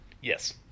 Yes